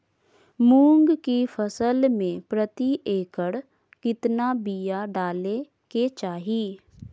मूंग की फसल में प्रति एकड़ कितना बिया डाले के चाही?